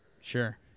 Sure